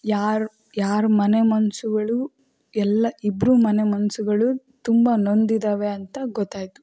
ಯಾರ ಯಾರ ಮನೆ ಮನಸ್ಸುಗಳು ಎಲ್ಲ ಇಬ್ರ ಮನೆ ಮನಸ್ಸುಗಳು ತುಂಬ ನೊಂದಿದ್ದಾವೆ ಅಂತ ಗೊತ್ತಾಯಿತು